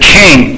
king